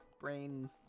brain